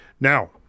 Now